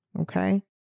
okay